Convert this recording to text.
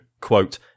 quote